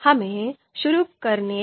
हमें शुरू करने दो